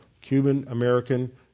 Cuban-American